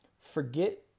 Forget